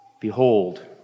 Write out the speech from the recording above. Behold